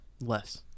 less